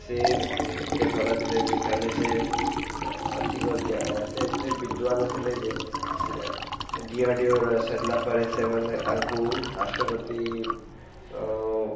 ସେ ଏତେ ଭଲ ଥିଲେ ଯେ ଖାଲି ସେ ସେ ଏତେ ବିଦ୍ୱାନ ଥିଲେ ଯେ ସେ ଡିଆର୍ଡିଓର ସରିଲା ପରେ ସେମାନେ ତାଙ୍କୁ ରାଷ୍ଟ୍ରପତି